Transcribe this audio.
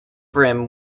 brim